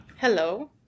Hello